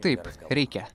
taip reikia